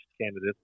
candidates